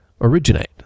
originate